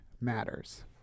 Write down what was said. matters